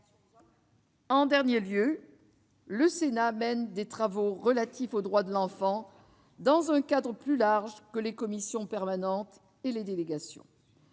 En dernier lieu, le Sénat mène des travaux relatifs aux droits de l'enfant dans un cadre plus large que les commissions permanentes et les délégations.